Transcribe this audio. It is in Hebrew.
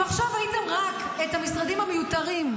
אם עכשיו הייתם מבטלים רק את המשרדים המיותרים,